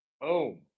Boom